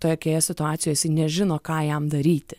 tokioje situacijoj jisai nežino ką jam daryti